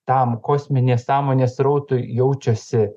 tam kosminės sąmonės srautui jaučiasi